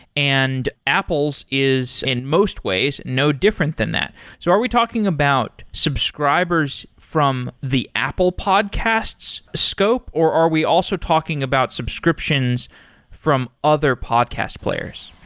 and apple's is in most ways no different than that. so are we talking about subscribers from the apple podcast's scope, or are we also talking about subscriptions from other podcast players?